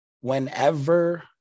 whenever